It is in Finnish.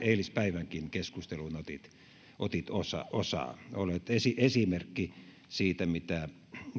eilispäivän keskusteluun otit otit osaa osaa olet esimerkki siitä mitä